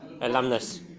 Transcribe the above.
alumnus